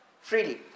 Freely